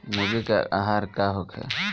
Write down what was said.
मुर्गी के आहार का होखे?